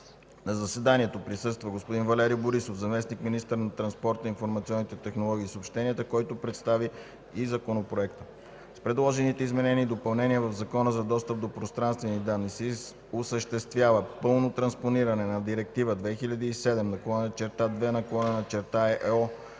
На заседанието присъства господин Валери Борисов – заместник-министър на транспорта, информационните технологии и съобщенията, който представи и Законопроекта. С предложените изменения и допълнения в Закона за достъп до пространствени данни се осъществява пълно транспониране на Директива 2007/2/ЕО на Европейския парламент и